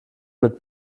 mit